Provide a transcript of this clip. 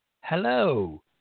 Hello